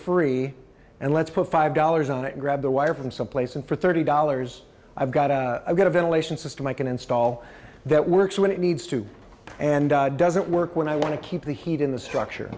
free and let's put five dollars on it grab the wire from some place and for thirty dollars i've got to get a ventilation system i can install that works when it needs to and doesn't work when i want to keep the heat in the structure